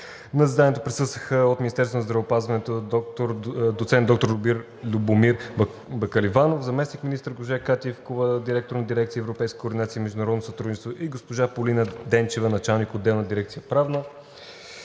На заседанието присъстваха от Министерството на здравеопазването: доцент доктор Любомир Бакаливанов – заместник-министър, госпожа Катя Ивкова – директор на дирекция „Европейска координация и международно сътрудничество“, и госпожа Полина Денчева – началник-отдел в дирекция „Правна“.